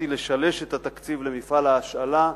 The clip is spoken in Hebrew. לשלש את התקציב למפעל ההשאלה,